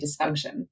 dysfunction